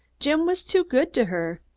jim was too good to her.